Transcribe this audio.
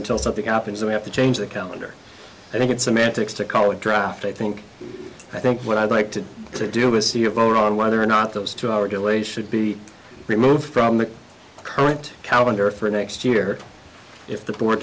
until something happens or we have to change the calendar i think it semantics to call a draft i think i think what i'd like to do is see your vote on whether or not those two hour delay should be removed from the current calendar for next year if the board